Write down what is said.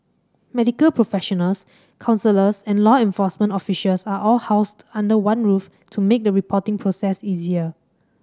medical professionals counsellors and law enforcement officials are all housed under one roof to make the reporting process easier